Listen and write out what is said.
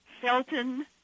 Felton